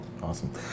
Awesome